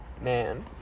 man